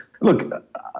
look